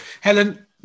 helen